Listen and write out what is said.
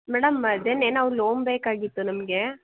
madam ಅದೇನೆ ನಾವು loan ಬೇಕಾಗಿತ್ತು ನಮಗೆ